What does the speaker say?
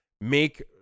make